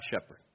shepherd